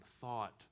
thought